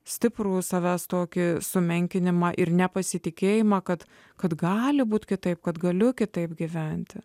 stiprų savęs tokį sumenkinimą ir nepasitikėjimą kad kad gali būti kitaip kad galiu kitaip gyventi